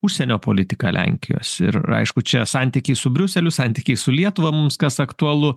užsienio politiką lenkijos ir aišku čia santykiai su briuseliu santykiai su lietuva mums kas aktualu